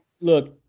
look